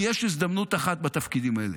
כי יש הזדמנות אחת בתפקידים האלה,